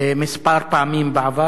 כמה פעמים בעבר.